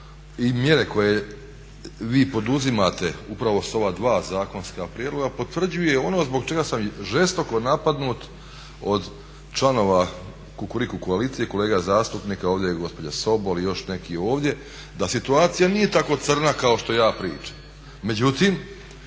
i mjere koje vi poduzimate upravo s ova dva zakonska prijedloga potvrđuje ono zbog čega sam žestoko napadnut od članova Kukuriku koalicije i kolega zastupnika ovdje je gospođa Sobol i još neki ovdje, da situacija nije tako crna kao što ja pričam.